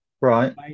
Right